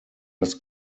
das